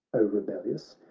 o rebellious,